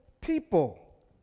people